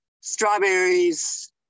strawberries